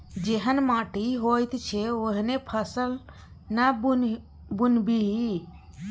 जेहन माटि होइत छै ओहने फसल ना बुनबिही